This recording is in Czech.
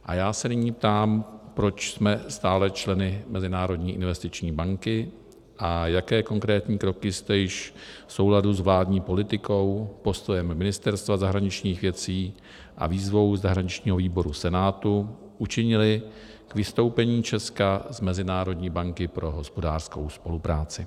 A já se nyní ptám, proč jsme stále členy Mezinárodní investiční banky a jaké konkrétní kroky jste již v souladu s vládní politikou, postojem Ministerstva zahraničních věcí a výzvou zahraničního výboru Senátu učinili k vystoupení Česka z Mezinárodní banky pro hospodářskou spolupráci.